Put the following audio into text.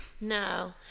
No